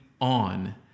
on